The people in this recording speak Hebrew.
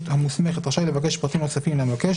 המוסמכת רשאי לבקש פרטים נוספים מן המבקש,